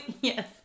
Yes